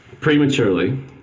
prematurely